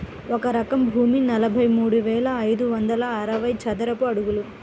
ఒక ఎకరం భూమి నలభై మూడు వేల ఐదు వందల అరవై చదరపు అడుగులు